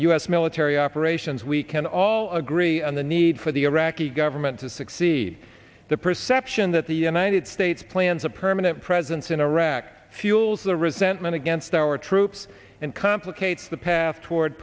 s military operations we can all agree on the need for the iraqi the government to succeed the perception that the united states plans a permanent presence in iraq fuels the resentment against our troops and complicates the path toward